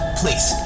please